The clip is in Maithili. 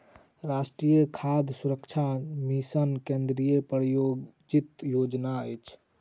राष्ट्रीय खाद्य सुरक्षा मिशन केंद्रीय प्रायोजित योजना अछि